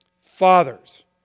Fathers